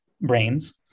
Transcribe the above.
brains